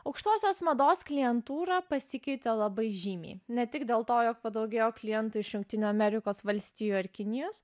aukštosios mados klientūra pasikeitė labai žymiai ne tik dėl to jog padaugėjo klientų iš jungtinių amerikos valstijų ar kinijos